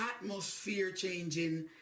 atmosphere-changing